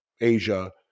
Asia